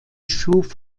schuf